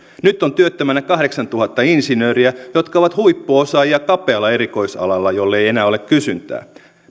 nyt on työttömänä kahdeksantuhatta insinööriä jotka ovat huippuosaajia kapealla erikoisalalla jolle ei ei enää ole kysyntää